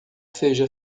seja